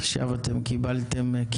משרד התקשורת וחברת הדואר כדי לאשר תקנות שיאפשרו